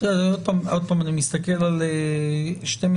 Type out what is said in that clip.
עוד פעם אני מסתכל על 12(א),